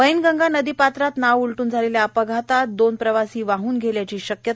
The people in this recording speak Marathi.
वैनगंगा नदी पात्रात नाव उलटून झालेल्या अपघातात दोन प्रवासी वाहण गेल्याची शक्यता